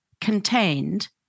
contained